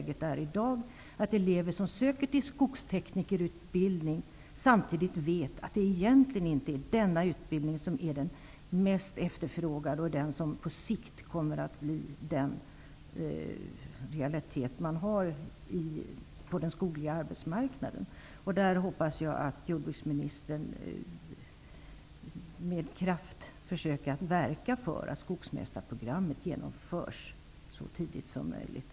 Det är olyckligt att elever som söker till skogsteknikerutbildning i dag vet att det egentligen inte är den utbildningen som är den mest efterfrågade på den skogliga arbetsmarknaden och den som på sikt kommer att bli en realitet. Jag hoppas att jordbruksministern försöker att med kraft verka för att skogsmästarprogrammet genomförs så tidigt som möjligt.